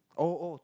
oh oh to